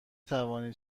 توانید